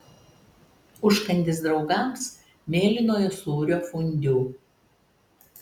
užkandis draugams mėlynojo sūrio fondiu